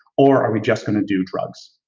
or are we just going to do drugs?